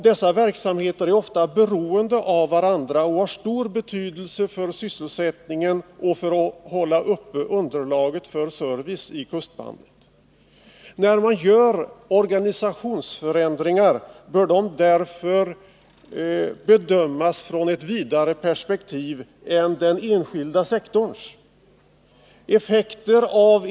De är ofta beroende av varandra och har stor betydelse för sysselsättningen och för att hålla uppe underlaget för service i kustbandet. När man gör organisationsförändringar bör dessa därför bedömas från ett vidare perspektiv än den enskilda sektorns.